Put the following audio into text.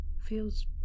feels